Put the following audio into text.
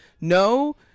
No